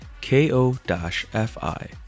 k-o-f-i